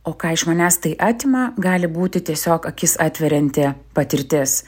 o ką iš manęs tai atima gali būti tiesiog akis atverianti patirtis